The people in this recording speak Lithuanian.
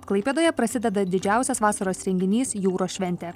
klaipėdoje prasideda didžiausias vasaros renginys jūros šventė